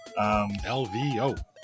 LVO